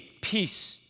peace